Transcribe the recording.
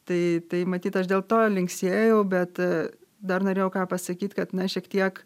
tai tai matyt aš dėl to linksėjau bet dar norėjau ką pasakyt kad na šiek tiek